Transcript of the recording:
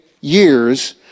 years